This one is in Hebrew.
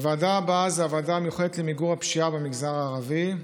הוועדה הבאה היא הוועדה המיוחדת למיגור הפשיעה במגזר הערבי,